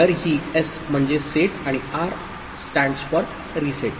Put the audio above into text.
तर ही एस म्हणजे सेट आणि आर स्टँड रीसेट